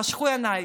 חשכו עיניי.